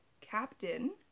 captain